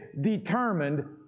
determined